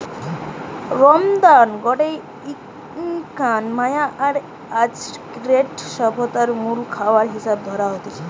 রামদানা গটে Inca, Maya আর অ্যাজটেক সভ্যতারে মুল খাবার হিসাবে ধরা হইত